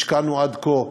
השקענו עד כה,